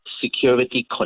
security